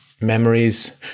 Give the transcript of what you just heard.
memories